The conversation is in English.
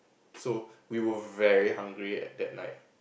so we were very hungry at that night